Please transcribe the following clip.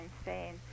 insane